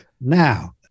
Now